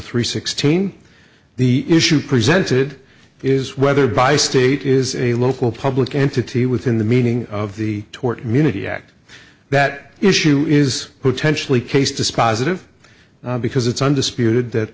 three sixteen the issue presented is whether by state is a local public entity within the meaning of the tort community act that issue is potentially case dispositive because it's undisputed that